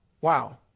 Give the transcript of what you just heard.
Wow